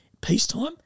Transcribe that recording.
peacetime